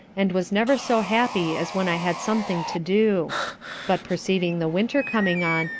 and was never so happy as when i had something to do but perceiving the winter coming on,